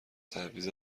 تعویض